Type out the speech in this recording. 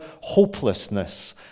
hopelessness